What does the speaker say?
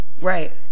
Right